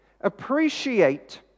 appreciate